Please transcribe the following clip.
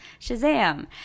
Shazam